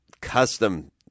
custom